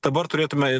dabar turėtume